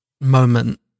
moment